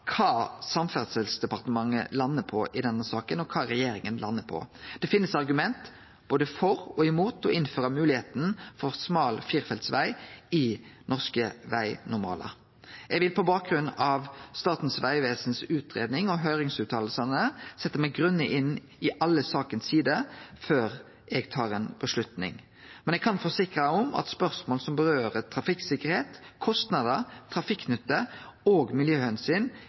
kva Samferdselsdepartementet landar på i denne saka, og kva regjeringa landar på. Det finst argument både for og imot å innføre moglegheit for smal firefeltsveg i norske vegnormalar. Eg vil på bakgrunn av utgreiinga frå Statens vegvesen og høyringsuttalene setje meg grundig inn i alle sidene av saka før eg tar ei avgjerd. Men eg kan forsikre om at spørsmål som har med trafikksikkerheit, kostnader, trafikantnytte og